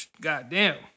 Goddamn